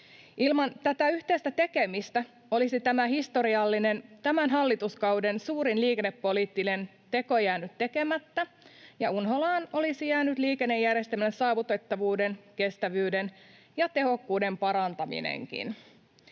Ilman tätä yhteistä tekemistä olisi tämä historiallinen, tämän hallituskauden suurin liikennepoliittinen teko jäänyt tekemättä ja unholaan olisi jäänyt liikennejärjestelmän saavutettavuuden, kestävyyden ja tehokkuuden parantaminenkin.